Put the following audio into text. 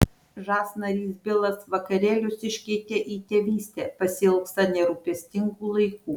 žas narys bilas vakarėlius iškeitė į tėvystę pasiilgsta nerūpestingų laikų